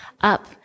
up